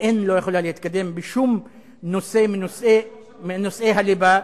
built-in לא יכולה להתקדם בשום נושא מנושאי הליבה.